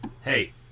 hey